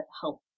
help